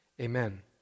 Amen